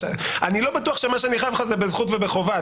אני לא בטוח שמה שאני חייב לך זה בזכות ובחובה...